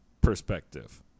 perspective